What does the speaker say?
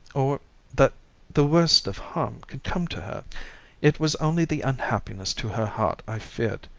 or that the worst of harm could come to her it was only the unhappiness to her heart i feared.